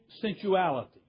sensuality